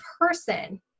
person